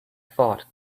thought